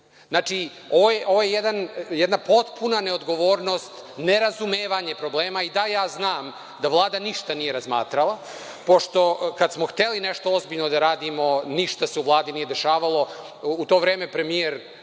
Srbiji. Ovo je jedna potpuna neodgovornost, nerazumevanje problema i da ja znam da Vlada ništa nije razmatrala pošto kad smo hteli nešto ozbiljno da radimo, ništa se u Vladi nije dešavalo. U to vreme premijer